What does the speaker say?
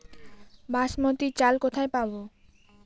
বাসমতী চাল কোথায় পাবো?